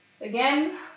Again